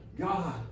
God